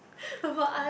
about us